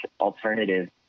alternative